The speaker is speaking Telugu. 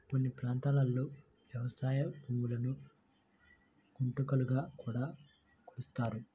కొన్ని ప్రాంతాల్లో వ్యవసాయ భూములను గుంటలుగా కూడా కొలుస్తారు